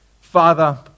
Father